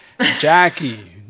Jackie